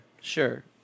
sure